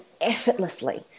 effortlessly